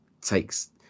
takes